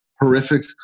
horrific